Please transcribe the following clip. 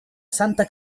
santa